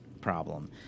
problem